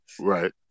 Right